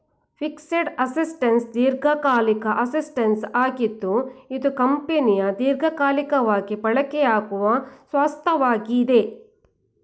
fixed assets ದೀರ್ಘಕಾಲಿಕ assets ಆಗಿದ್ದು ಇದು ಕಂಪನಿಯ ದೀರ್ಘಕಾಲಿಕವಾಗಿ ಬಳಕೆಯಾಗುವ ಸ್ವತ್ತಾಗಿದೆ